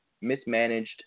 mismanaged